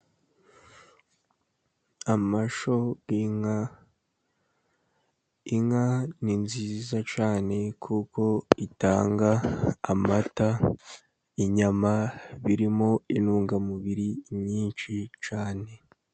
Amashyo y'inka, inka ni nziza cyane, kuko itanga amata, inyama, birimo intungamubiri nyinshi cyane.